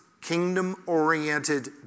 kingdom-oriented